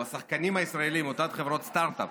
או השחקנים הישראליים, או תת-חברות סטרטאפ